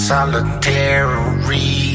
Solitary